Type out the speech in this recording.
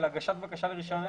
בטופס של הגשה לרישיון עסק,